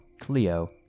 Cleo